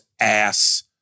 ass